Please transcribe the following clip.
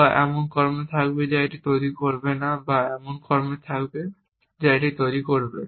বা এমন কর্মে রাখবে যা এটি তৈরি করবে বা এমন কর্মে রাখবে যা এটি তৈরি করবে